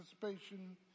participation